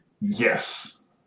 Yes